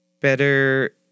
better